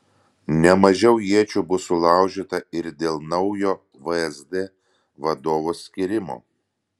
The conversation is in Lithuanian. ne mažiau iečių bus sulaužyta ir dėl naujo vsd vadovo skyrimo